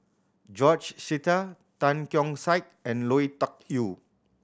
George Sita Tan Keong Saik and Lui Tuck Yew